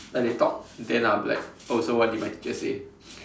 like they talk then I'll be like oh so what did my teacher say